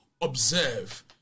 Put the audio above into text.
observe